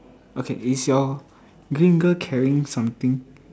okay is your green girl carrying something